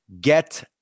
get